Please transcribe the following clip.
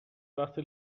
وقتی